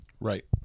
Right